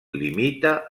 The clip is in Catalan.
limita